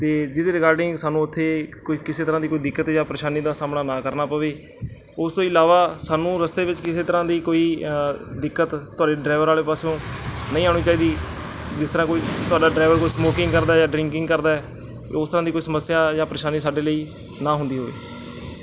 ਅਤੇ ਜਿਹਦੇ ਰਿਗਾਰਡਿੰਗ ਸਾਨੂੰ ਉੱਥੇ ਕੋਈ ਕਿਸੇ ਤਰ੍ਹਾਂ ਦੀ ਕੋਈ ਦਿੱਕਤ ਜਾਂ ਪ੍ਰੇਸ਼ਾਨੀ ਦਾ ਸਾਹਮਣਾ ਨਾ ਕਰਨਾ ਪਵੇ ਉਸ ਤੋਂ ਇਲਾਵਾ ਸਾਨੂੰ ਰਸਤੇ ਵਿੱਚ ਕਿਸੇ ਤਰ੍ਹਾਂ ਦੀ ਕੋਈ ਦਿੱਕਤ ਤੁਹਾਡੇ ਡਰਾਈਵਰ ਵਾਲੇ ਪਾਸਿਓਂ ਨਹੀਂ ਆਉਣੀ ਚਾਹੀਦੀ ਜਿਸ ਤਰ੍ਹਾਂ ਕੋਈ ਤੁਹਾਡਾ ਡਰਾਈਵਰ ਕੋਈ ਸਮੋਕਿੰਗ ਕਰਦਾ ਜਾਂ ਡਰਿੰਕਿੰਗ ਕਰਦਾ ਹੈ ਉਸ ਤਰ੍ਹਾਂ ਦੀ ਕੋਈ ਸਮੱਸਿਆ ਜਾਂ ਪ੍ਰੇਸ਼ਾਨੀ ਸਾਡੇ ਲਈ ਨਾ ਹੁੰਦੀ ਹੋਵੇ